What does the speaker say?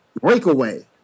breakaway